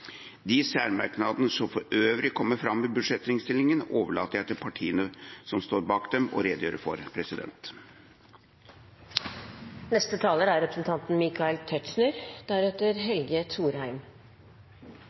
De særmerknadene som for øvrig kommer fram i budsjettinnstillinga, overlater jeg til partiene som står bak dem, å redegjøre for. Jeg kan for vårt vedkommende vise til komitéleders fremstilling av en samlet budsjettinnstilling fra kontroll- og konstitusjonskomiteen, som er